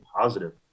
positive